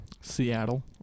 Seattle